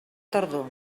tardor